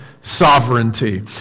sovereignty